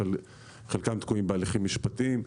חלקם תקועים בהליכים משפטיים,